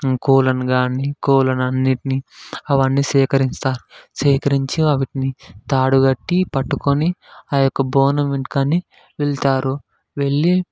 కోళ్ళను కాని కోళ్ళను అన్నిటినీ అవన్నీ సేకరిస్తూ సేకరించి వాటిని తాడుకట్టి పట్టుకుని ఆ యొక్క బోనం వెనుకనే వెళ్తారు వెళ్ళి